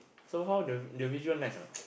so how the the visual nice or not